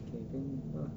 K then ah